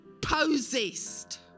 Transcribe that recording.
possessed